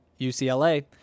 UCLA